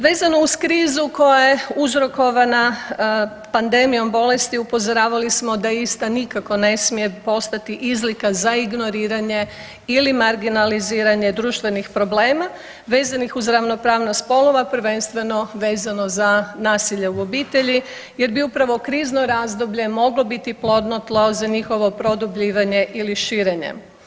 Vezano uz krizu koja je uzrokovana pandemijom bolesti upozoravali smo da ista nikako ne smije poslati izlika za ignoriranje ili marginaliziranje društvenih problema vezanih uz ravnopravnost spolova, prvenstveno vezano za nasilje u obitelji jer bi upravo krizno razdoblje moglo biti plodno tlo za njihovo produbljivanje ili širenje.